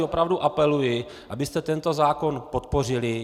Opravdu na vás apeluji, abyste tento zákon podpořili.